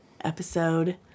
episode